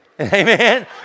Amen